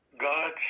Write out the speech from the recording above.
God